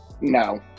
no